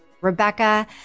Rebecca